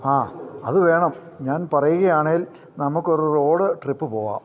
ആ അതുവേണം ഞാൻ പറയുകയാണേൽ നമുക്കൊരു റോഡ് ട്രിപ്പ് പോവാം